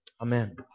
Amen